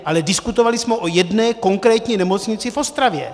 Ale diskutovali jsme o jedné konkrétní nemocnici v Ostravě.